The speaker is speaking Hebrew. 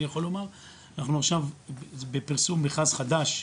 אנחנו עכשיו בפרסום מכרז חדש,